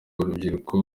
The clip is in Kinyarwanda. urubyiruko